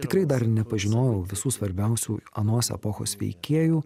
tikrai dar nepažinojau visų svarbiausių anos epochos veikėjų